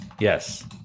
Yes